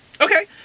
Okay